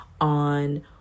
on